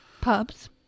Pubs